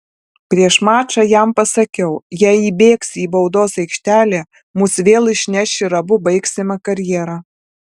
prieš mačą jam pasakiau jei įbėgsi į baudos aikštelę mus vėl išneš ir abu baigsime karjerą